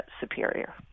superior